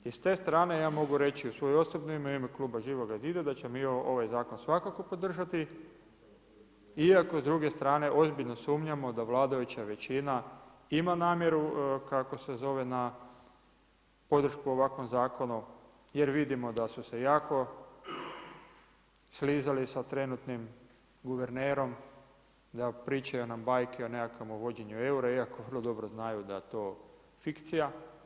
I s te strane ja mogu reći u svoje osobno ime, u ime kluba Živoga zida da ćemo mi ovaj zakon svakako podržati iako s druge strane ozbiljno sumnjamo da vladajuća većina ima namjeru podršku ovakvom zakonu, jer vidimo da su se jako slizali sa trenutnim guvernerom, da pričaju nam bajke o nekakvom uvođenju eura iako vrlo dobro znaju da je to fikcija.